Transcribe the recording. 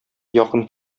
якын